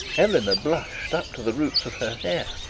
eleanor blushed up to the roots of her hair.